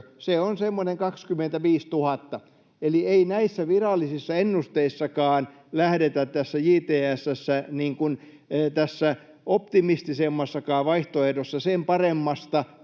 on semmoinen 25 000, eli ei näissä virallisissa ennusteissakaan lähdetä tässä JTS:n optimistisemmassakaan vaihtoehdossa sen paremmasta